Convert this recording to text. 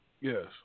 Yes